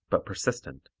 but persistent.